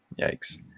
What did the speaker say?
Yikes